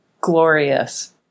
glorious